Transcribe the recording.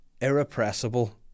irrepressible